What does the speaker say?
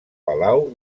palau